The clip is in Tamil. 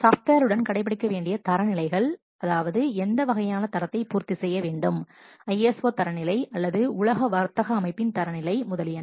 சாஃப்ட்வேர் உடன் கடைபிடிக்க வேண்டிய தரநிலைகள் அதாவது எந்த வகையான தரத்தை பூர்த்தி செய்ய வேண்டும் ISO தரநிலை அல்லது உலக வர்த்தக அமைப்பின் உலக வர்த்தக அமைப்பு தரநிலை முதலியன